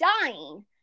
dying